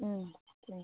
ம் தேங்க்யூ